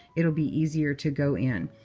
it'll be easier to go in.